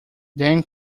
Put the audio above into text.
then